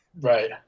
Right